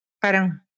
parang